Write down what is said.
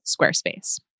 Squarespace